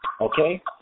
okay